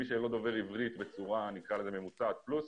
מי שלא דובר עברית בצורה ממוצעת פלוס,